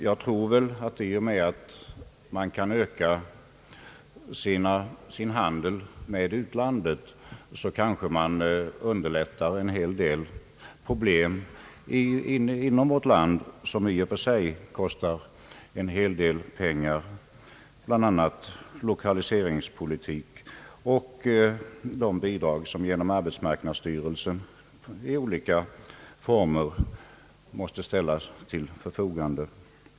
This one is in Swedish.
Jag tror att vi i och med att vi kan öka vår handel med utlandet kanske kan underlätta lösningen av åtskilliga problem inom vårt land, som i och för sig kostar en hel del pengar, bl.a. lokaliseringspolitiken och de bidrag som genom arbetsmarknadsstyrelsen i olika former måste ställas till förfogande.